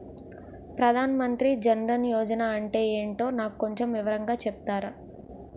ప్రధాన్ మంత్రి జన్ దన్ యోజన అంటే ఏంటో నాకు కొంచెం వివరంగా చెపుతారా?